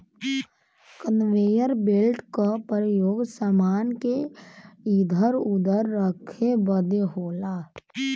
conveyor belt क परयोग समान के इधर उधर रखे बदे होला